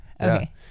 Okay